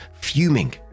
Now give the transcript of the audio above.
fuming